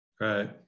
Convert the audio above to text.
right